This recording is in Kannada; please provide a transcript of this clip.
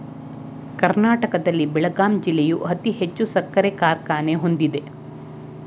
ಕರ್ನಾಟಕದಲ್ಲಿ ಬೆಳಗಾಂ ಜಿಲ್ಲೆಯು ಅತಿ ಹೆಚ್ಚು ಸಕ್ಕರೆ ಕಾರ್ಖಾನೆ ಹೊಂದಿದೆ